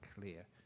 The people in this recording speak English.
clear